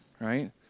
right